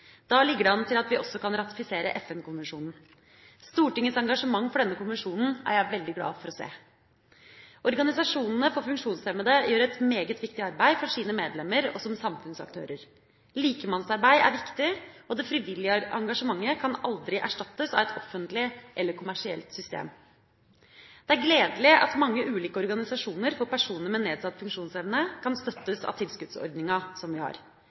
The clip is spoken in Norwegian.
Da ligger det an til at vi også kan ratifisere FN-konvensjonen. Stortingets engasjement for denne konvensjonen er jeg veldig glad for å se. Organisasjonene for funksjonshemmede gjør et meget viktig arbeid for sine medlemmer og som samfunnsaktører. Likemannsarbeid er viktig, og det frivillige engasjementet kan aldri erstattes av et offentlig eller kommersielt system. Det er gledelig at mange ulike organisasjoner for personer med nedsatt funksjonsevne kan støttes av tilskuddsordninga som vi har.